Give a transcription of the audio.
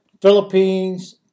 Philippines